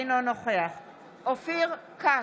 אינו נוכח אופיר כץ,